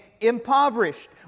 impoverished